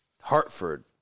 Hartford